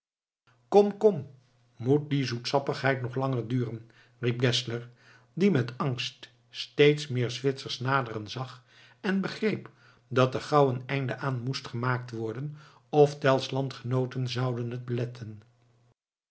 kom kom moet die zoetsappigheid nog langer duren riep geszler die met angst steeds meer zwitsers naderen zag en begreep dat er gauw een einde aan moest gemaakt worden of tell's landgenooten zouden het beletten